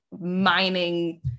mining